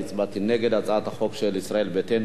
אני הצבעתי נגד הצעת החוק של ישראל ביתנו.